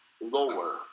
lower